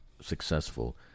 successful